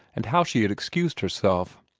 and how she had excused herself.